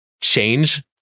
change